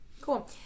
Cool